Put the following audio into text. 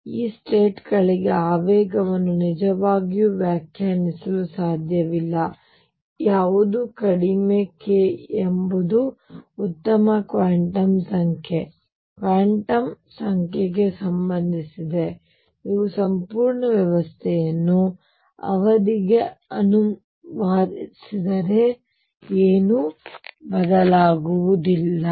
ಆದ್ದರಿಂದ ಈ ಸ್ಟೇಟ್ಗಳಿಗೆ ಆವೇಗವನ್ನು ನಿಜವಾಗಿಯೂ ವ್ಯಾಖ್ಯಾನಿಸಲು ಸಾಧ್ಯವಿಲ್ಲ ಯಾವುದೂ ಕಡಿಮೆ k ಎಂಬುದು ಉತ್ತಮ ಕ್ವಾಂಟಮ್ ಸಂಖ್ಯೆ ಇದು ಕ್ವಾಂಟಮ್ ಸಂಖ್ಯೆಗೆ ಸಂಬಂಧಿಸಿದೆ ನೀವು ಸಂಪೂರ್ಣ ವ್ಯವಸ್ಥೆಯನ್ನು ಅವಧಿಗೆ ಅನುವಾದಿಸಿದರೆ ಏನೂ ಬದಲಾಗುವುದಿಲ್ಲ